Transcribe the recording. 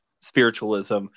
spiritualism